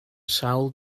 sawl